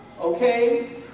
Okay